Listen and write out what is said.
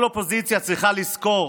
כל אופוזיציה צריכה לזכור